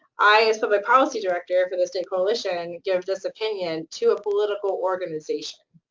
i, as public policy director for the state coalition, give this opinion, to a political organization,